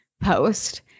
post